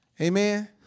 amen